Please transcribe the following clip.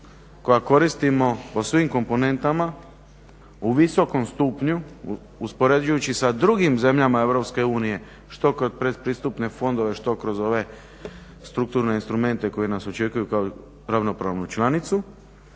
koja koristimo po svim komponentama u visokom stupnju uspoređujući sa drugim zemljama EU što kroz predpristupne fondove što kroz ove strukturne instrumente koji nas očekuju kao ravnopravnu članicu